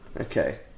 Okay